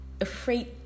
afraid